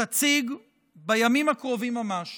תציג בימים הקרובים ממש